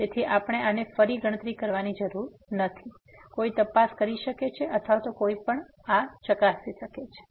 તેથી આપણે આની ફરી ગણતરી કરવાની જરૂર નથી કોઈ તપાસ કરી શકે છે અથવા કોઈ આ ચકાસી શકે છે